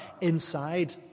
inside